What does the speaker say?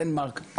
לדנמרק.